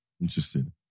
Interesting